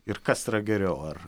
ir kas yra geriau ar